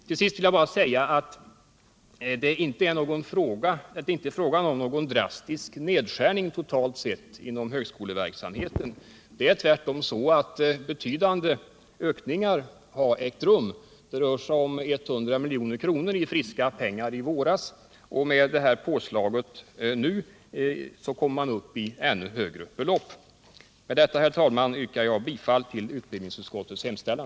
Till sist vill jag bara säga att det inte är fråga om någon drastisk nedskärning totalt sett inom högskoleverksamheten. Det är tvärtom så att betydande ökningar har ägt rum. Det rör sig om 100 milj.kr. i s.k. friska pengar i våras, och med det här påslaget nu kommer man upp i ännu högre belopp. Med detta, herr talman, yrkar jag bifall till utbildningsutskottets hemställan.